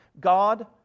God